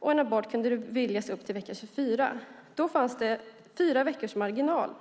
och abort kunde beviljas upp till vecka 24. Då fanns det 4 veckors marginal.